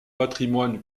patrimoine